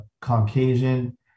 Caucasian